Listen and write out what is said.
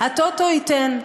הטוטו ייתן.